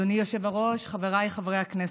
אדוני היושב-ראש, חבריי חברי הכנסת,